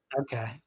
Okay